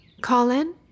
Colin